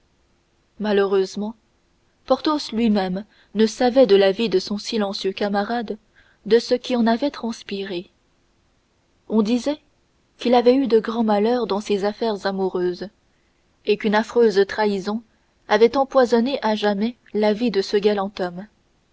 malheureusement porthos lui-même ne savait de la vie de son silencieux camarade que ce qui en avait transpiré on disait qu'il avait eu de grands malheurs dans ses affaires amoureuses et qu'une affreuse trahison avait empoisonné à jamais la vie de ce galant homme